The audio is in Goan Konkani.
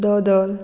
दोदोल